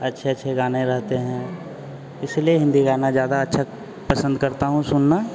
अच्छे अच्छे गाने रहते हैं इसलिए हिन्दी गाना जादा अच्छा पसंद करता हूँ सुनना